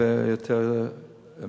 הרבה יותר מזה,